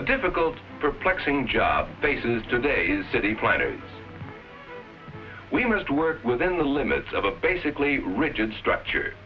a difficult perplexing job bases today's city planners we must work within the limits of a basically rigid structure